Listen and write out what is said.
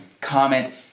comment